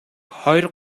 хоёр